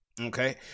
Okay